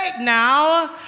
now